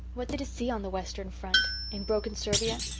what did it see on the western front? in broken serbia?